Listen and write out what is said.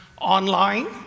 online